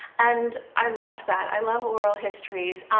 and i loved that. i love oral histories.